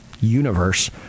universe